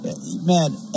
Man